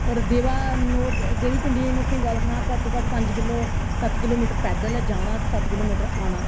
होर देवा नौ देवी पिंडियें दी में तुसेंगी गल्ल सनां घट्ट कोला घट्ट पंज किल्लो सत्त किलोमीटर पैदल ऐ जाना ते सत्त किलोमीटर आना